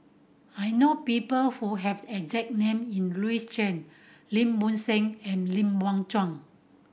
I know people who have exact name in Louis Chen Lim Bo Seng and Lim Biow Chuan